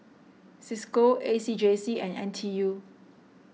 Cisco A C J C and N T U